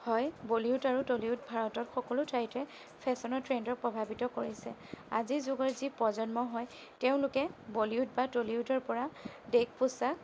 হয় বলিউড আৰু টলিউড ভাৰতৰ সকলো ঠাইতে ফেশ্বনৰ ট্ৰেণ্ডক প্ৰভাৱিত কৰিছে আজিৰ যুগৰ যি প্ৰজন্ম হয় তেওঁলোকে বলিউড বা টলিউডৰ পৰা ড্ৰেছ পোচাক